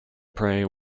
prey